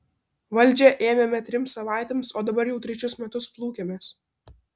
valdžią ėmėme trims savaitėms o dabar jau trečius metus plūkiamės